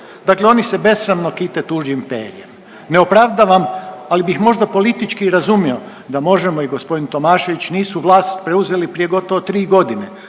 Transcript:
Dakle, oni se besramno kite tuđim perjem. Ne opravdavam, ali bih možda politički i razumio da Možemo! i g. Tomašević nisu vlast preuzeli prije gotovo tri godine